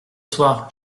soir